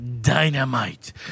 dynamite